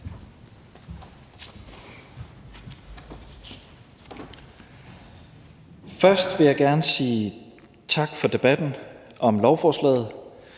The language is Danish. Først vil jeg gerne sige tak for debatten om lovforslaget.